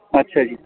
ਅੱਛਾ ਜੀ